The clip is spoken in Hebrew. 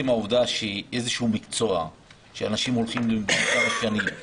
עצם העובדה שיש איזשהו מקצוע שאנשים הולכים --- אתה